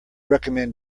recommend